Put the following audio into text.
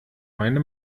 meine